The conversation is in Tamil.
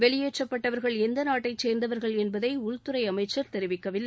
வெளியேற்றப்பட்டவர்கள் எந்த நாட்டை சேர்ந்தவர்கள் என்பதை உள்துறை அமைச்சர் தெரிவிக்கவில்லை